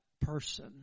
person